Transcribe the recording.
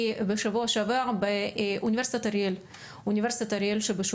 בשבוע שעבר באוניברסיטת אריאל שבשומרון.